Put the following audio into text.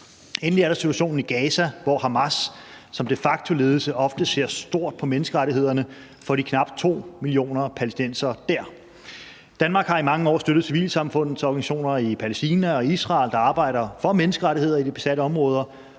Endelig er der situationen i Gaza, hvor Hamas som de facto-ledelse ofte ser stort på menneskerettighederne for de knap 2 millioner palæstinensere der. Danmark har i mange år støttet civilsamfundets organisationer i Palæstina og Israel, der arbejder for menneskerettigheder i de besatte områder,